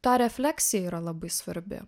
ta refleksija yra labai svarbi